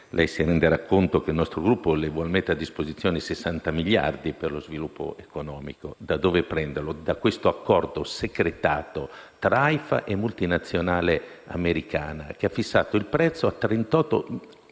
Lei si renderà conto che il nostro Gruppo le vuol mettere a disposizione 60 miliardi per lo sviluppo economico. Da dove prenderli? Da questo accordo segretato tra AIFA e la multinazionale americana che ha fissato il prezzo a 38.000 euro.